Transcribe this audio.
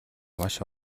маш